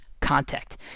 contact